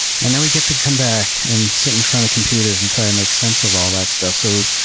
and then we get to come back and sit in front of computers and try and make sense of all that stuff. so,